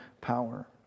power